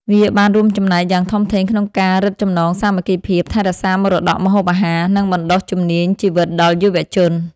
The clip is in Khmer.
វាបានរួមចំណែកយ៉ាងធំធេងក្នុងការរឹតចំណងសាមគ្គីភាព ថែរក្សាមរតកម្ហូបអាហារ និងបណ្ដុះជំនាញជីវិតដល់យុវជន។